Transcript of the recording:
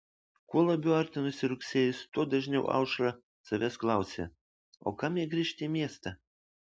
kuo labiau artinosi rugsėjis tuo dažniau aušra savęs klausė o kam jai grįžti į miestą